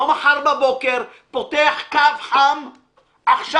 לא מחר בבוקר פותח קו חם עכשיו,